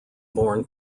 born